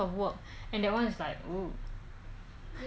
the I know is a is a